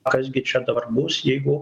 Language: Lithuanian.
kas gi čia dabar bus jeigu